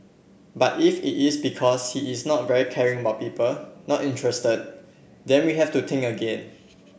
but if it is because he is not very caring about people not interested then we have to think again